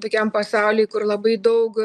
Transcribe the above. tokiam pasauly kur labai daug